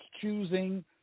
choosing